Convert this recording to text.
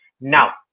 Now